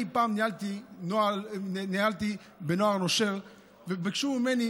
אני פעם ניהלתי בנוער נושר וביקשו ממני